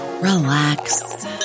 relax